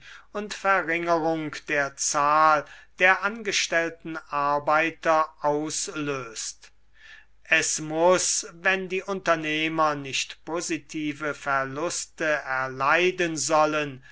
und verringerung der zahl der angestellten arbeiter auslöst es muß wenn die unternehmer nicht positive verluste erleiden sollen